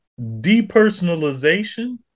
depersonalization